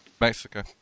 Mexico